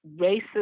racist